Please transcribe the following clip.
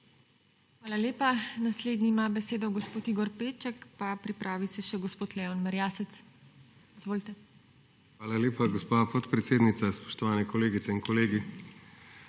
Hvala lepa. Naslednji ima besedo gospod Igor Peček, pripravi se še gospod Leon Merjasec. Izvolite. IGOR PEČEK (PS LMŠ): Hvala lepa gospa podpredsednica. Spoštovane kolegice in kolegi.